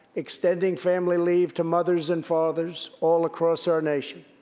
extending family leave to mothers and fathers all across our nation.